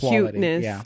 Cuteness